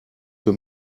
für